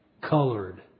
colored